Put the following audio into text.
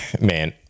Man